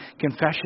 confession